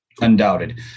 undoubted